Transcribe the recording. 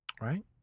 Right